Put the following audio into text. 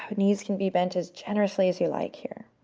but knees can be bent as generously as you like here.